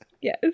Yes